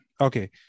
okay